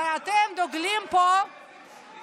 אבל אתם דוגלים פה,